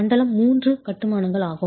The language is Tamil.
மண்டலம் III கட்டுமானங்கள் ஆகும்